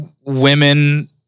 women